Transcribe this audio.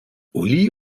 uli